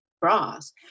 bras